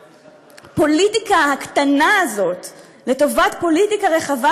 מהפוליטיקה הקטנה הזאת לטובת פוליטיקה רחבה,